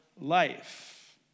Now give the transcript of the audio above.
life